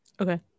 okay